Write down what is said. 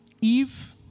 Eve